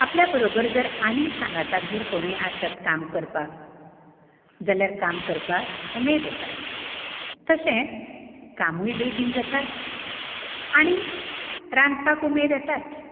आपल्या बरोबर जर आनीक सांगाताक जर कोणूय आसत काम करपाक जाल्यार काम करपाक उमेद येता तशेंत कामूय बेगीन जाता आनी रांदपाक उमेद येताच